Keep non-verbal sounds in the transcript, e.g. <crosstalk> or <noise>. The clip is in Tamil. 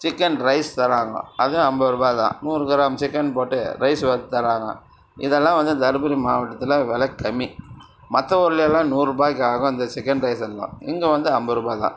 சிக்கன் ரைஸ் தராங்க அதுவும் ஐம்பது ரூபாய்தான் நூறு கிராம் சிக்கன் போட்டு ரைஸ் வறுத்து தராங்க இதெல்லாம் வந்து தர்மபுரி மாவட்டத்தில் வெலை கம்மி மற்ற ஊர்லயெல்லாம் நூறு ரூபாய்க்காக இந்த சிக்கன் ரைஸ் <unintelligible> இங்கே வந்து ஐம்பது ரூபாய்தான்